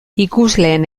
ikusleen